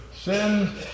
sin